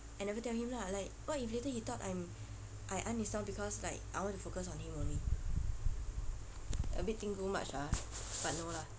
I never tell him lah like what if later he thought I'm I uninstalled because like I want to focus on him only a bit think too much ah but no lah